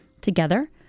Together